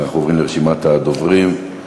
אנחנו עוברים לרשימת הדוברים.